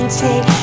take